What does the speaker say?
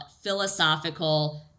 philosophical